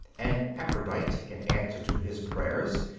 and aphrodite, in answer to his prayers,